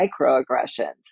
microaggressions